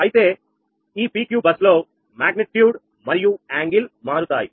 అయితే ఈ PQ bus లో మాగ్నిట్యూడ్ మరియు కోణం మారుతాయి